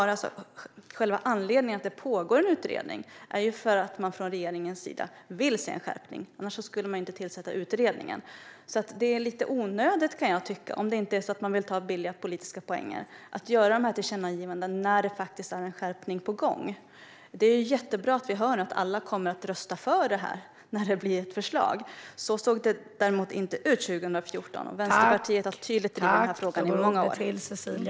Anledningen till att det pågår en utredning är att regeringen vill se en skärpning - annars skulle man inte ha tillsatt utredningen. Det är därför lite onödigt, om man inte vill ta billiga politiska poäng, att göra dessa tillkännagivanden när det faktiskt är en skärpning på gång. Det är jättebra att alla kommer att rösta för detta när det blir ett förslag. Så såg det inte ut 2014, men Vänsterpartiet har i många år varit tydligt i denna fråga.